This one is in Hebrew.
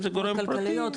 חברות כלכליות,